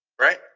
Right